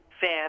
fan